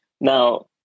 Now